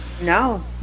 No